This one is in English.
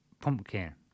pumpkin